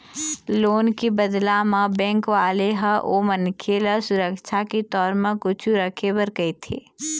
loan के बदला म बेंक वाले ह ओ मनखे ल सुरक्छा के तौर म कुछु रखे बर कहिथे